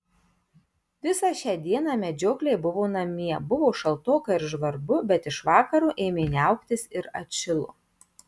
visą šią dieną medžiokliai buvo namie buvo šaltoka ir žvarbu bet iš vakaro ėmė niauktis ir atšilo